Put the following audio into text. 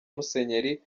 musenyeri